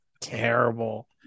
terrible